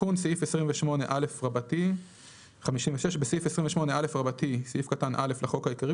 "תיקון סעיף 28א56. בסעיף 28א(א) לחוק העיקרי,